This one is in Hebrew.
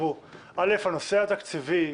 קודם כל הנושא התקציבי,